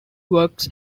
works